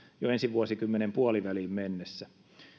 jo ensi vuosikymmenen puoliväliin mennessä